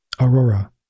Aurora